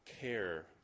care